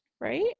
right